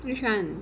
which one